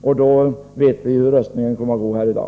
I så fall vet vi hur det går med röstningen här i dag.